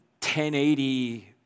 1080